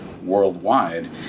worldwide